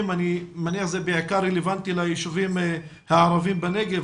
- אני מניח שזה בעיקר רלוונטי לישובים הערבים בנגב,